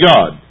God